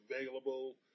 available